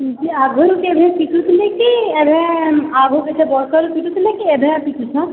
ଆଘରୁ କେଭେ ପିଟୁଥିଲେ କି ଏଭେ ଆଘର୍ ଲେଖେ ବର୍ଷରୁ ପିଟୁଥିଲେ କି ଏଭେ ପିଟୁଛନ୍